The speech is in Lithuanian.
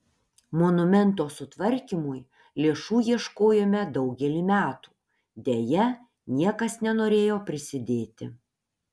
monumento sutvarkymui lėšų ieškojome daugelį metų deja niekas nenorėjo prisidėti